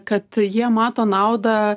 kad jie mato naudą